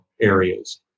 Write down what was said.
areas